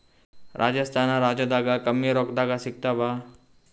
ರಾಜಸ್ಥಾನ ರಾಜ್ಯದಾಗ ಕಮ್ಮಿ ರೊಕ್ಕದಾಗ ಸಿಗತ್ತಾವಾ?